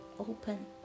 open